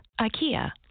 IKEA